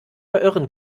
verirren